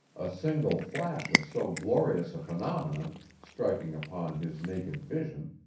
a single flash of so glorious a phenomenon, striking upon his naked vision,